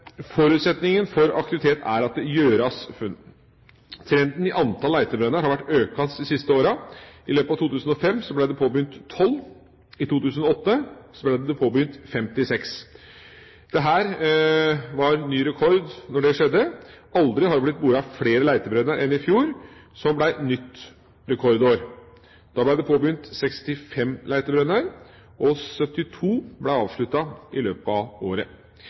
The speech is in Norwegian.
for aktivitet er at det gjøres funn. Trenden i antall letebrønner har vært økende de siste årene. I løpet av 2005 ble det påbegynt 12, i 2008 ble det påbegynt 56. Dette var ny rekord da det skjedde. Aldri har det blitt boret flere letebrønner enn i fjor, som ble et nytt rekordår. Da ble det påbegynt 65 letebrønner, og 72 ble avsluttet i løpet av året.